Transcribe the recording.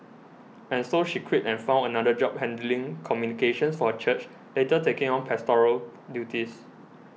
and so she quit and found another job handling communications for a church later taking on pastoral duties